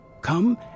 Come